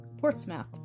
portsmouth